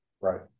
Right